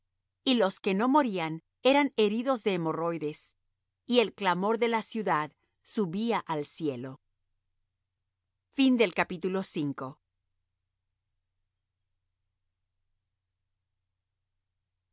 y los que no morían eran heridos de hemorroides y el clamor de la ciudad subía al cielo y